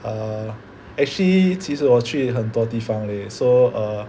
err actually 其实我去很多地方 leh so err